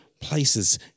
places